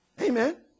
Amen